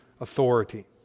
authority